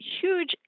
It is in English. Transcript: huge